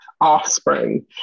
offspring